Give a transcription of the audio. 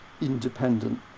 independent